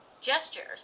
gestures